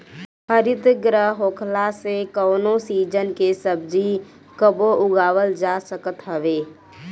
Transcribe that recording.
हरितगृह होखला से कवनो सीजन के सब्जी कबो उगावल जा सकत हवे